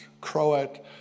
Croat